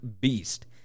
beast